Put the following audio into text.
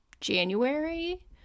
January